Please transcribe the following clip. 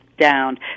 down